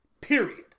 Period